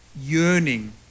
yearning